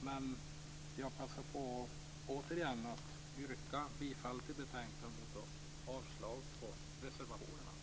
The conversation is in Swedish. Men jag passar återigen på att yrka bifall till utskottets hemställan och avslag på reservationerna.